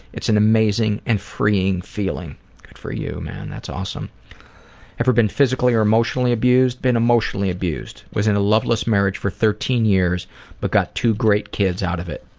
it's an amazing and freeing feeling. good for you, man. ah so um ever been physically or emotionally abused? been emotionally abused. was in a loveless marriage for thirteen years but got two great kids out of it.